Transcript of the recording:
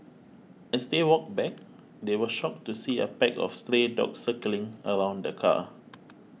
as they walked back they were shocked to see a pack of stray dogs circling around the car